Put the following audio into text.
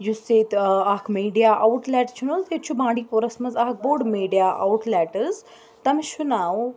یُس ییٚتہِ اَکھ میٖڈیا آوُٹ لٮ۪ٹ چھُنہٕ حظ ییٚتہِ چھُ بانٛڈی پوٗرَس منٛز اَکھ بوٚڈ میٖڈیا آوُٹ لٮ۪ٹ حظ تٔمِس چھُ ناو